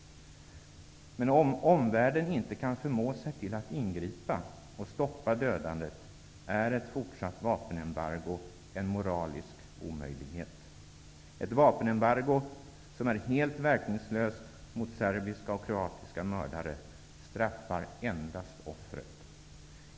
Men om omvärlden inte kan förmå sig till att ingripa och stoppa dödandet, är ett fortsatt vapenembargo en moralisk omöjlighet. Ett vapenembargo som är helt verkningslöst mot serbiska och kroatiska mördare straffar endast offret.